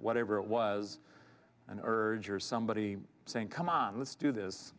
whatever it was an urge or somebody saying come on let's do this